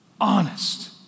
Honest